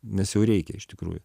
nes jau reikia iš tikrųjų